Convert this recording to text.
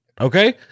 Okay